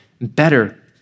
better